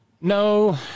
No